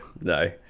no